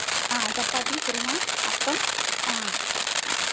ആ ചപ്പാത്തി കുറുമ അപ്പം ആ